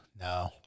no